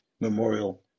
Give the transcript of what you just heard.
memorial